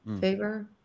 favor